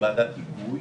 היגוי,